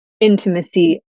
intimacy